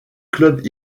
club